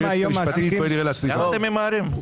למה אתם ממהרים?